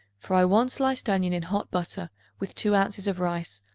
fry one sliced onion in hot butter with two ounces of rice,